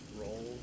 Roll